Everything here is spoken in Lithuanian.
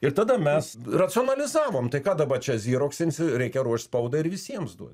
ir tada mes racionalizavom tai ką daba čia zyroksinsi reikia ruošt spaudai ir visiems duot